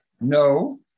No